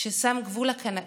ששם גבול לקנאות,